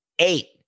Eight